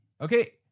Okay